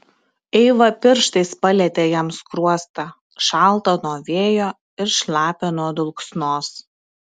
eiva pirštais palietė jam skruostą šaltą nuo vėjo ir šlapią nuo dulksnos